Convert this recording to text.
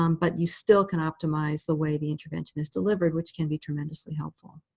um but you still can optimize the way the intervention is delivered, which can be tremendously helpful.